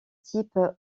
type